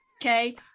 Okay